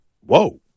whoa